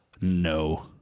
No